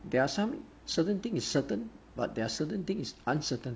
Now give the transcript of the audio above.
there are some certain thing is certain but there are certain thing is uncertain